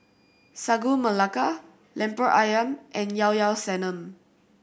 Sagu Melaka Lemper Ayam and Llao Llao Sanum